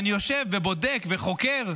אני יושב ובודק וחוקר,